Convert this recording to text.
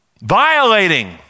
violating